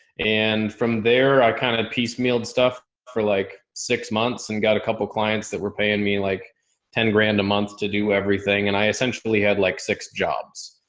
and from there i kind of piece mealed stuff for like six months and got a couple of clients that were paying me like ten grand a month to do everything. and i essentially had like six jobs.